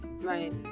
Right